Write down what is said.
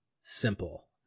simple